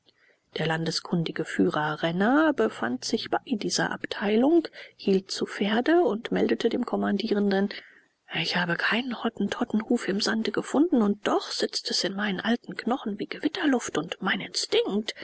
der landeskundige führer renner befand sich bei dieser abteilung hielt zu pferde und meldete dem kommandierenden ich habe keinen hottentottenhuf im sande gefunden und doch sitzt es in meinen alten knochen wie gewitterluft und mein instinkt